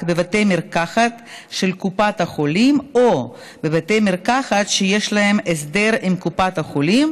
בבתי מרקחת של קופת החולים או בבתי מרקחת שיש להם הסדר עם קופת החולים,